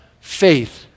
faith